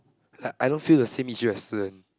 like I don't feel the same issue as learn